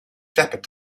shepherd